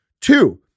Two